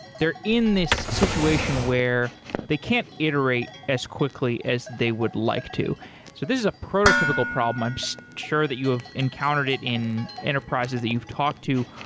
they're in this situation where they can't iterate as quickly as they would like to. so this is a prototypical problem. i'm so sure that you have encountered it in enterprises that you've talked to.